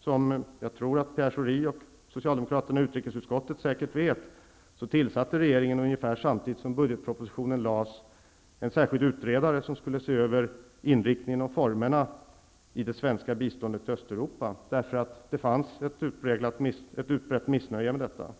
Som jag tror att Pierre Schori och socialdemokraterna i utrikesutskottet säkert vet, tillsatte regeringen, ungefär samtidigt som budgetpropositionen lades fram, en särskild utredare som skulle se över inriktningen av och formerna för det svenska biståndet till Östeuropa, därför att det fanns ett utbrett missnöje med detta.